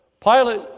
Pilate